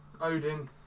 Odin